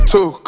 Two